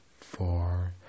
four